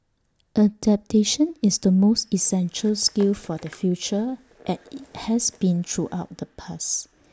adaptation is the most essential skill for the future as IT has been throughout the past